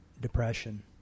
depression